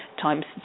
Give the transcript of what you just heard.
times